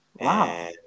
Wow